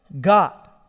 God